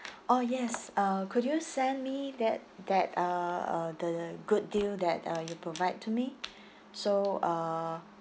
oh yes uh could you send me that that uh uh the good deal that uh you provide to me so uh